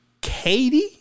Katie